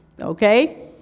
okay